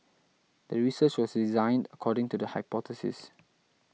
the research was designed according to the hypothesis